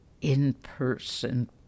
in-person